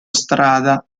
strada